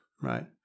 right